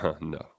No